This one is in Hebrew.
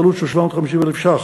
בעלות של 750,000 שקל,